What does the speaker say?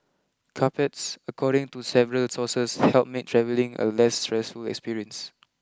carpets according to several sources help make travelling a less stressful experience